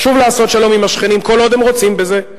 חשוב לעשות שלום עם השכנים, כל עוד הם רוצים בזה.